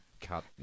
cut